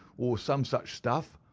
or some such stuff.